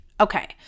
Okay